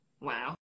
Wow